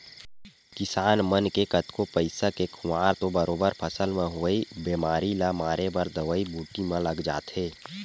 किसान मन के कतको पइसा के खुवार तो बरोबर फसल म होवई बेमारी ल मारे बर दवई बूटी म लग जाथे